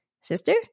sister